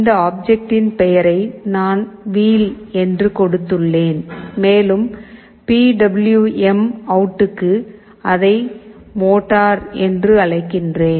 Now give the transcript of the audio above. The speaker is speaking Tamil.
இந்த ஆப்ஜெக்ட்ன் பெயரை நான் "வீல்" என்று கொடுத்துள்ளேன் மேலும் பிடபிள்யூஎம் அவுட்டுக்கு இதை "மோட்டார்" என்று அழைக்கிறேன்